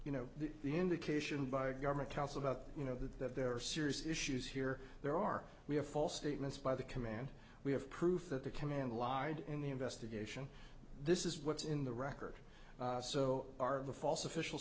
you know the indication by a government tells about you know that there are serious issues here there are we have false statements by the command we have proof that the command lied in the investigation this is what's in the record so are the false official